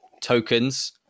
tokens